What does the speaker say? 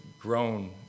grown